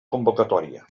convocatòria